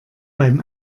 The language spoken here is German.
beim